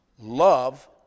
Love